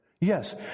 Yes